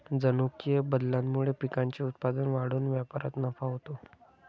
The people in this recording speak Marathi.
जनुकीय बदलामुळे पिकांचे उत्पादन वाढून व्यापारात नफा होतो